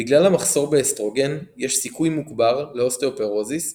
בגלל המחסור באסטרוגן יש סיכוי מוגבר לאוסטאופורוזיס ועקמת.